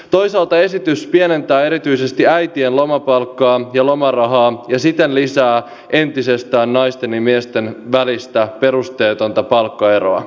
toisaalta esitys pienentää erityisesti äitien lomapalkkaa ja lomarahaa ja siten lisää entisestään naisten ja miesten välistä perusteetonta palkkaeroa